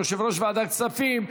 יושב-ראש ועדת כספים,